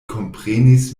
komprenis